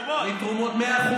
רגע, עכשיו, אני מצטער, אחד-אחד.